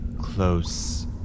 close